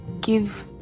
give